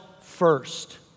first